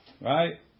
right